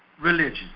religion